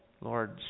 Lord